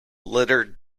littered